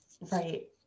Right